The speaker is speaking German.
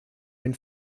ein